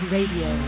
Radio